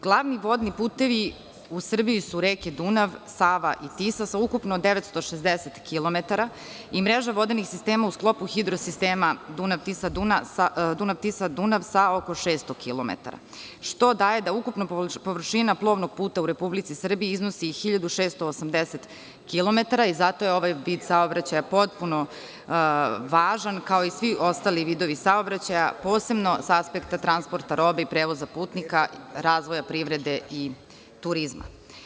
Glavni vodni putevi u Srbiji su reke Dunav, Sava i Tisa sa ukupno 960 kilometara i mreža vodenih sistema u sklopu hidrosistema Dunav-Tisa-Dunav sa oko 600 kilometara, što daje da ukupna površina plovnog puta u Republici Srbiji iznosi 1.680 kilometara i zato je ovaj vid saobraćaja potpuno važan kao i svi ostali vidovi saobraćaja posebno sa aspekta transporta robe i prevoza putnika, razvoja privrede i turizma.